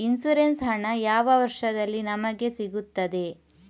Insurance ಹಣ ಯಾವ ವರ್ಷದಲ್ಲಿ ನಮಗೆ ಸಿಗುತ್ತದೆ?